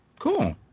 Cool